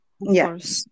yes